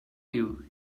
you